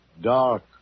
dark